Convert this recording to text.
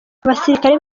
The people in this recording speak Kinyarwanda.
abasirikare